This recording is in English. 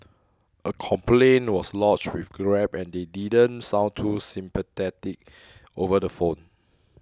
a complaint was lodged with Grab and they didn't sound too sympathetic over the phone